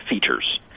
features